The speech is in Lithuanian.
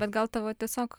bet gal tavo tiesiog